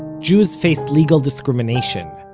jews faced legal discrimination.